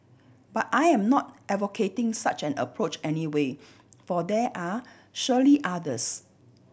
but I am not advocating such an approach anyway for there are surely others